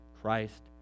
Christ